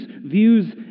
views